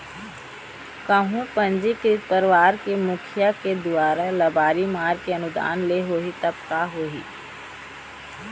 कहूँ पंजीकृत परवार के मुखिया के दुवारा लबारी मार के अनुदान ले होही तब का होही?